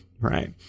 right